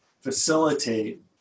facilitate